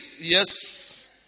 Yes